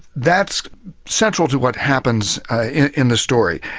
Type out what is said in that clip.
that's central to what happens in the story.